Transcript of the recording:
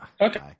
okay